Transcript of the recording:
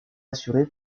assurée